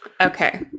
Okay